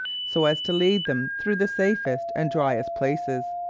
so as to lead them through the safest and driest places,